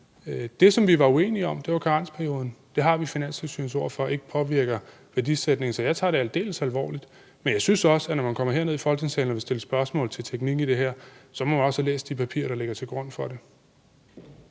Det, som vi var uenige om, var karensperioden. Det har vi Finanstilsynets ord for ikke påvirker værdisætningen. Så jeg tager det aldeles alvorligt. Men jeg synes også, at når man kommer herned i Folketingssalen og vil stille spørgsmål til teknikken i det her, må man have læst de papirer, der ligger til grund for det.